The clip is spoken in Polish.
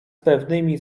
pewnymi